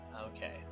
Okay